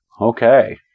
Okay